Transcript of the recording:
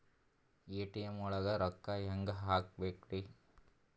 ATM ಒಳಗ್ ರೊಕ್ಕ ಹೆಂಗ್ ಹ್ಹಾಕ್ಬೇಕ್ರಿ?